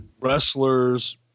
Wrestlers